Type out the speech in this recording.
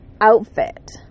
outfit